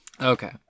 Okay